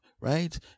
right